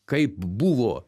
kaip buvo